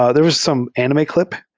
ah there was some anime clip,